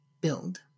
build